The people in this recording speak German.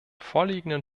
vorliegenden